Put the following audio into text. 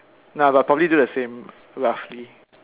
no but I'll probably do the same roughly